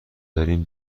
دارین